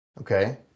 okay